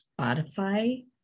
Spotify